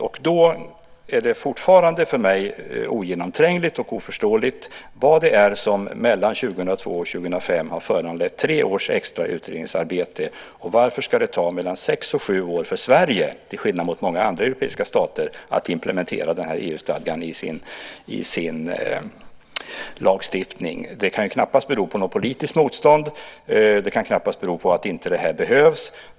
Därför är det fortfarande för mig ogenomträngligt och oförståeligt vad det är som har föranlett tre års extra utredningsarbete, mellan åren 2002 och 2005. Varför ska det ta mellan sex och sju år för Sverige, till skillnad från många andra europeiska stater, att implementera den här EU-stadgan i sin lagstiftning? Det kan ju knappast bero på något politiskt motstånd. Det kan knappast bero på att detta inte behövs.